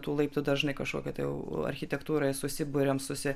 tų laiptų dažnai kažkokia tai architektūroj susiburiam susi